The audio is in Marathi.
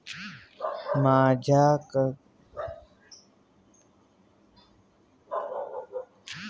माझे गव्हाचे उत्पादन खराब होण्याआधी मी ते किती काळ गोदामात साठवू शकतो?